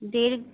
দেড়